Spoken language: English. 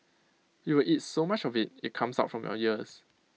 you will eat so much of IT it comes out from your ears